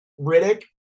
Riddick